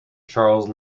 charles